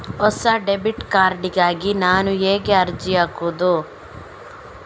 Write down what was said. ಹೊಸ debit card ಗಾಗಿ ನಾನು ಹೇಗೆ ಅರ್ಜಿ ಹಾಕುದು?